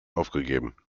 aufgegeben